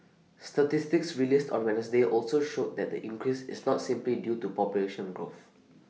statistics released on Wednesday also showed that the increase is not simply due to population growth